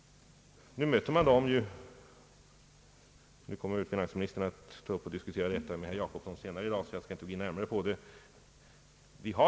Finansministern kommer att diskutera denna fråga senare med herr Jacobsson i dag, och jag skall därför inte vidare gå in på den.